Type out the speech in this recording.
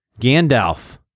Gandalf